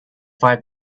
five